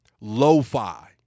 lo-fi